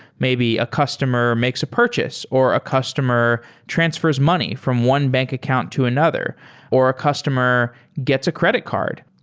maybe a customer makes a purchase or a customer transfers money from one bank account to another or a customer gets a credit card.